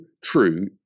true